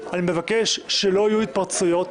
אני מבקש שלא יהיו התפרצויות,